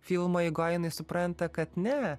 filmo eigoj jinai supranta kad ne